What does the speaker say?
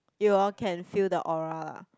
you all can feel the Aura